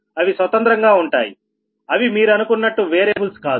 అవి స్వతంత్రంగా ఉంటాయి అవి మీరనుకున్నట్టు వేరియబుల్స్ కాదు